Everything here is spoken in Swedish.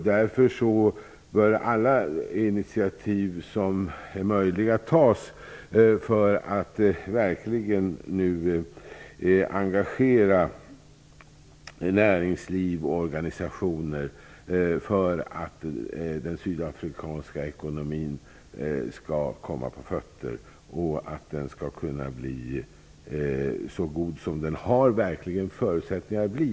Därför bör alla initiativ som är möjliga tas för att engagera näringsliv och organisationer för att den sydafrikanska ekonomin skall komma på fötter och bli så god som den har förutsättningar att bli.